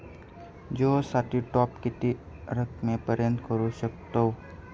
जिओ साठी टॉप किती रकमेपर्यंत करू शकतव?